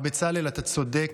הרב בצלאל, אתה צודק.